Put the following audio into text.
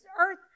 earth